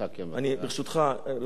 ברשותך, לקחו לי קצת, חצי דקה.